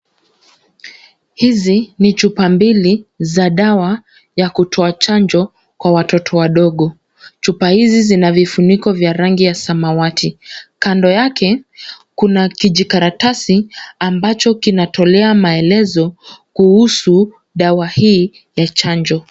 Hizi ni chupa mbili za dawa ya kutoa chanjo kwa watoto wadogo. Chupa hizi zina vifuniko vya rangi ya samawati. Kando yake, kuna kijikaratasi ambacho kinatolea maelezo, kuhusu dawa hii ya chanjo.